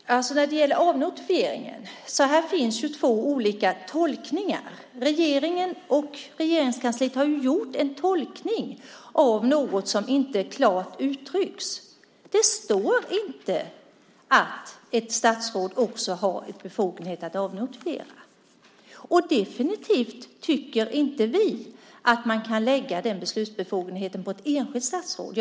Herr talman! När det gäller avnotifieringen finns det två olika tolkningar. Regeringen och Regeringskansliet har gjort en tolkning av något som inte klart uttrycks. Det står inte att ett statsråd också har befogenhet att avnotifiera. Vi tycker definitivt inte att man kan lägga den beslutsbefogenheten på ett enskilt statsråd.